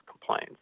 complaints